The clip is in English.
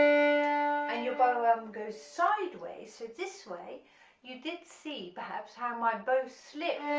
and your bow arm goes sideways so this way you did see perhaps how my bow slipped